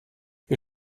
wir